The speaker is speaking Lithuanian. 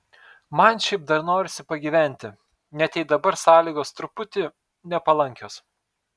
man šiaip dar norisi pagyventi net jei dabar sąlygos truputį nepalankios